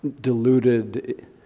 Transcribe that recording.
deluded